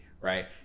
right